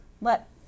Let